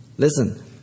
Listen